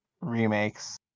remakes